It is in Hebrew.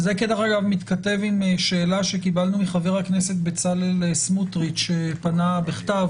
זה דרך אגב מתכתב עם שאלה שקיבלנו מחבר הכנסת בצלאל סמוטריץ' שפנה בכתב,